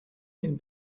can